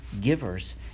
givers